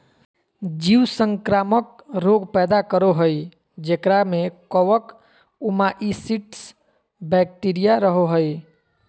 जीव संक्रामक रोग पैदा करो हइ जेकरा में कवक, ओमाइसीट्स, बैक्टीरिया रहो हइ